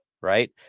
right